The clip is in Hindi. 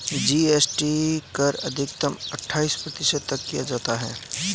जी.एस.टी कर अधिकतम अठाइस प्रतिशत तक लिया जा सकता है